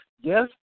yes